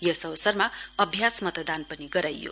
यस अवसरमा अम्यास मतदान पनि गराइयो